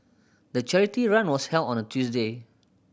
the charity run was held on a Tuesday